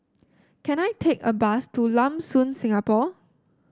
can I take a bus to Lam Soon Singapore